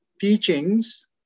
teachings